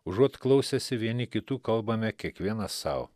užuot klausęsi vieni kitų kalbame kiekvienas sau